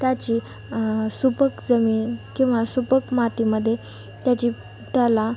त्याची सुपीक जमीन किंवा सुपीक मातीमध्ये त्याची त्याला